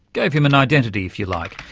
gave him an identity, if you like,